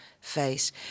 face